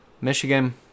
Michigan